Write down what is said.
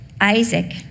Isaac